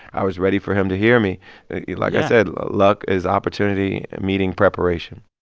i was ready for him to hear me yeah like i said, luck is opportunity meeting preparation